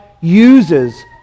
uses